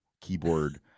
keyboard